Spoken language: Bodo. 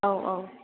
औ औ